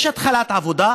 יש התחלת עבודה,